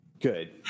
Good